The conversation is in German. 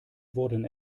wurden